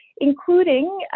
including